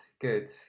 good